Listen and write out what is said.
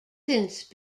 since